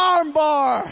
Armbar